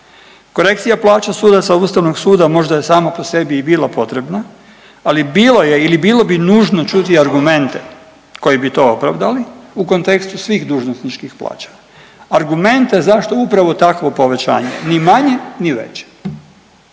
Korekcija plaća sudaca Ustavnog suda možda je sama po sebi i bila potrebna, ali bilo je ili bilo bi nužno čuti argumente koji bi to opravdali u kontekstu svih dužnosničkih plaća. Argumente zašto upravo takvo povećanje, ni manje, ni veće.